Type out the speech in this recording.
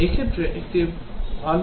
এই ক্ষেত্রে এটি একটি ভাল model